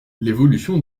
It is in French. l’évolution